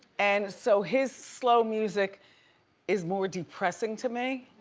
and so his slow music is more depressing to me?